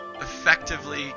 Effectively